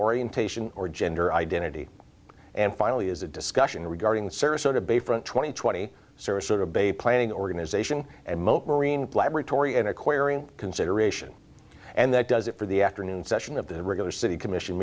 orientation or gender identity and finally is a discussion regarding sarasota bayfront twenty twenty sarasota bay planning organization and moat marine laboratory in acquiring consideration and that does it for the afternoon session of the river city commission